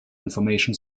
information